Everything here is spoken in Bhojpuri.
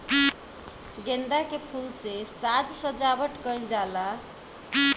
गेंदा के फूल से साज सज्जावट कईल जाला